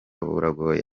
buragoye